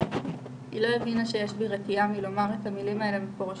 היא לא הבינה שיש לי רתיעה מלומר את המילים האלה מפורשות,